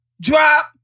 drop